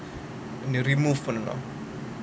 இன்னும்:innum remove பண்ணனும்:pannanum